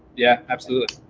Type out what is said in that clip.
yeah, absolutely.